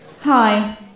Hi